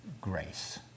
grace